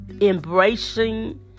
embracing